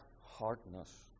hardness